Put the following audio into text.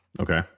Okay